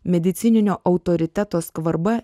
medicininio autoriteto skvarba